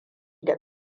da